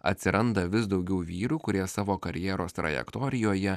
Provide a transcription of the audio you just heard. atsiranda vis daugiau vyrų kurie savo karjeros trajektorijoje